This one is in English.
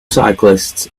cyclists